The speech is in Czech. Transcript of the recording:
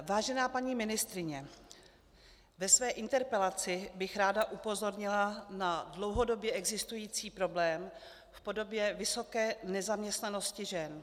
Vážená paní ministryně, ve své interpelaci bych ráda upozornila na dlouhodobě existující problém v podobě vysoké nezaměstnanosti žen.